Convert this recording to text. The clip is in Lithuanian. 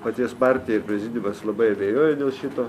paties partija ir prezidiumas labai abejoja dėl šito